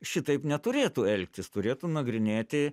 šitaip neturėtų elgtis turėtų nagrinėti